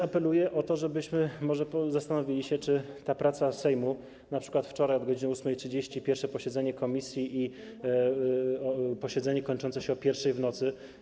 Apeluję też o to, żebyśmy może zastanowili się, czy ta praca Sejmu, np. wczoraj od godz. 8.30 pierwsze posiedzenie komisji i posiedzenie kończące się o pierwszej w nocy.